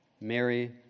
Mary